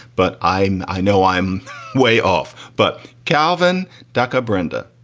but i'm i know i'm way off. but calvin dukkha, brenda,